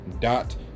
Dot